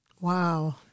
Wow